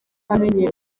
amenyera